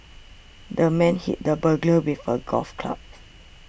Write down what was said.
the man hit the burglar with a golf club